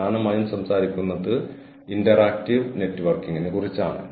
അത് ശരിക്കും സംഭവിക്കാൻ പോവുകയാണോ എന്ന് ദയവായി ഐഐടി മദ്രാസിൽ പരിശോധിക്കുക